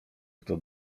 kto